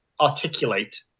articulate